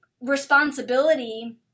responsibility